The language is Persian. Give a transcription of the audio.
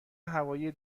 هوایی